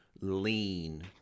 lean